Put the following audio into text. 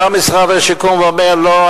בא משרד השיכון ואומר: לא,